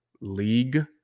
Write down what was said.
league